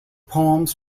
poems